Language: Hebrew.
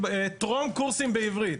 מחליטים אם זה בחו"ל או בארץ.